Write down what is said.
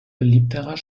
beliebterer